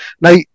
Now